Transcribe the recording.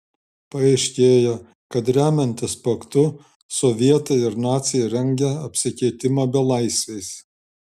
paaiškėja kad remiantis paktu sovietai ir naciai rengia apsikeitimą belaisviais